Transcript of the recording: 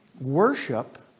worship